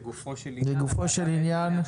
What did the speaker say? לגופו של עניין,